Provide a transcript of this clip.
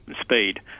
speed